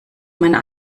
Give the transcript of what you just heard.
meinen